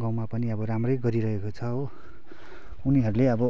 गाउँमा पनि अब राम्रै गरिरहेको छ हो उनीहरूले अब